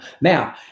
Now